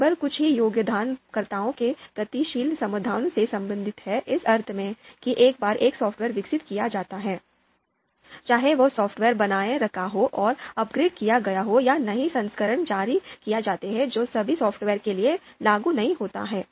केवल कुछ ही योगदानकर्ताओं के गतिशील समुदायों से संबंधित हैं इस अर्थ में कि एक बार एक सॉफ्टवेयर विकसित किया जाता है चाहे वह सॉफ्टवेयर बनाए रखा हो और अपग्रेड किया गया हो या नए संस्करण जारी किए जाते हैं जो सभी सॉफ्टवेयर के लिए भी लागू नहीं होता है